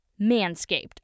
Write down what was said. Manscaped